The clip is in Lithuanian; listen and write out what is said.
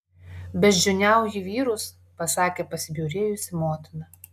beždžioniauji vyrus pasakė pasibjaurėjusi motina